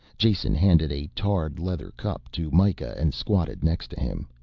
jason handed a tarred leather cup to mikah and squatted next to him.